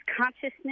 consciousness